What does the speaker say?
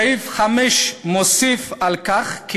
סעיף 5 מוסיף על כך: